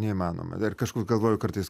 neįmanoma dar kažkur galvoju kartais